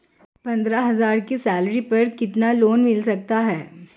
पंद्रह हज़ार की सैलरी पर कितना लोन मिल सकता है?